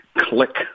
click